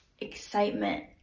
excitement